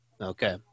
Okay